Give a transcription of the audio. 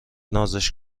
نازش